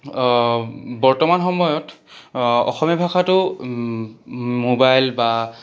বৰ্তমান সময়ত অসমীয়া ভাষাটো মোবাইল বা